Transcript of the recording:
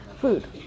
food